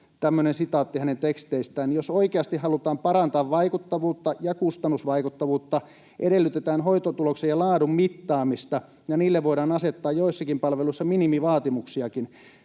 tämmöinen sitaatti hänen teksteistään: ”Jos oikeasti halutaan parantaa vaikuttavuutta ja kustannusvaikuttavuutta, edellytetään hoitotulosten ja laadun mittaamista ja niille voidaan asettaa joissakin palveluissa minimivaatimuksiakin.